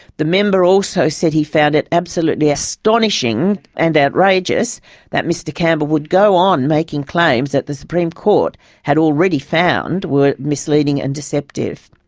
the member also said he found it absolutely astonishing and outrageous that mr campbell would go on making claims that the supreme court had already found were misleading and deceptive.